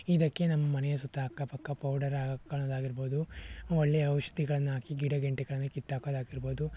ಇದಕ್ಕೆ ನಮ್ಮ ಮನೆಯ ಸುತ್ತ ಅಕ್ಕ ಪಕ್ಕ ಪೌಡರ್ ಹಾಕೊಳ್ಳೋದು ಆಗಿರ್ಬೋದು ಒಳ್ಳೆಯ ಔಷಧಿಗಳನ್ನು ಹಾಕಿ ಗಿಡ ಗಂಟೆಗಳನ್ನು ಕಿತ್ತಾಕೋದು ಆಗಿರ್ಬೋದು